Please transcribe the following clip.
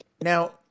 Now